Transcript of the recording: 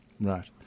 Right